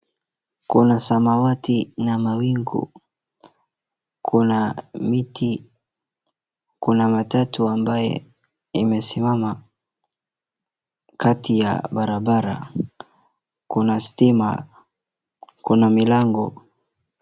Kuna samawati na mawingu kuna miti, kuna matatu ambayo imesimama kati ya barabara kuna stima kuna milango.